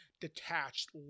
detached